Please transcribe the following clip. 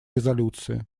резолюции